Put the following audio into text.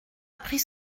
pris